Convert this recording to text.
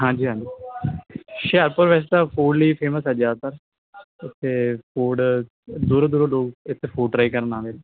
ਹਾਂਜੀ ਹਾਂਜੀ ਹੁਸ਼ਿਆਰਪੁਰ ਵੈਸੇ ਫੂਡ ਲਈ ਫੇਮਸ ਆ ਜ਼ਿਆਦਾਤਰ ਉੱਥੇ ਫੂਡ ਦੂਰੋਂ ਦੂਰੋਂ ਲੋਕ ਇੱਥੇ ਫੂਡ ਟਰਾਈ ਕਰਨ ਆਉਂਦੇ ਨੇ